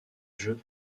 jeux